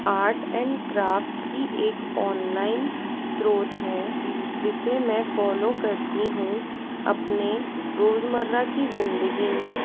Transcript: art and craft की एक online स्रोत है जिसे मैं फॉलो करती हूँ अपने रोज़मर्रा की ज़िंदगी में